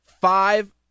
five